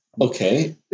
Okay